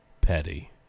Petty